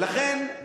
ולכן,